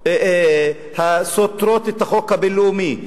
הסותרות את החוק הבין-לאומי,